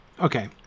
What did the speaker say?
Okay